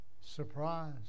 Surprise